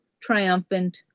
triumphant